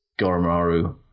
Goromaru